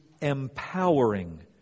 empowering